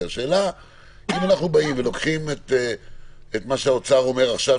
אם אנחנו לוקחים את מה שאומר עכשיו האוצר,